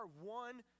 one